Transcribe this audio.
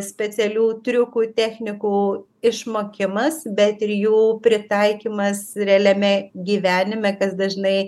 specialių triukų technikų išmokimas bet ir jų pritaikymas realiame gyvenime kas dažnai